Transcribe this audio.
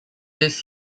this